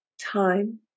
time